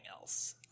else